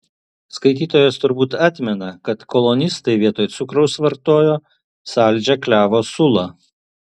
skaitytojas turbūt atmena kad kolonistai vietoj cukraus vartojo saldžią klevo sulą